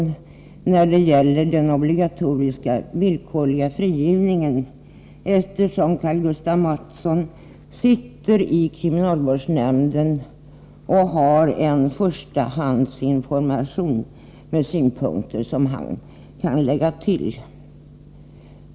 Han kommer att beröra den obligatoriska villkorliga frigivningen, eftersom han sitter i kriminalvårdsnämnden och har en förstahandsinformation med synpunkter som han kan lägga till.